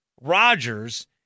Rodgers